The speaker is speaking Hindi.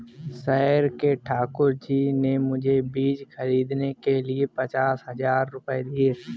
शहर के ठाकुर जी ने मुझे बीज खरीदने के लिए पचास हज़ार रूपये दिए